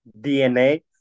DNA